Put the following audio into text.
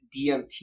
DMT